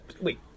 Wait